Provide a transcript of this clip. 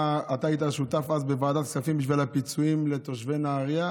אתה היית שותף אז בוועדת הכספים בשביל הפיצויים לתושבי נהריה,